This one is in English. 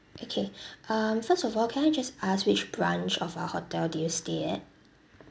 okay um first of all can I just ask which branch of our hotel did you stay at